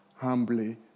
humbly